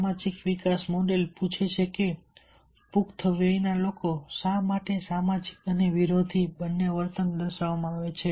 સામાજિક વિકાસ મોડેલ પૂછે છે કે પુખ્ત વયના લોકો દ્વારા શા માટે સામાજિક અને વિરોધી બંને વર્તન દર્શાવવામાં આવે છે